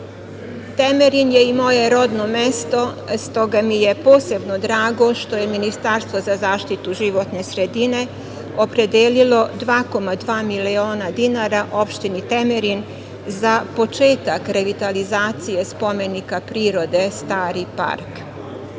Temerin je i moje rodno mesto, stoga mi je posebno drago što je Ministarstvo za zaštitu životne sredine opredelilo 2,2 miliona dinara opštini Temerin za početak revitalizacije spomenika prirode „Stari park“.